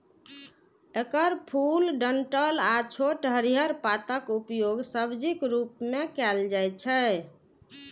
एकर फूल, डंठल आ छोट हरियर पातक उपयोग सब्जीक रूप मे कैल जाइ छै